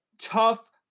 tough